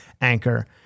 anchor